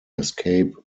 escape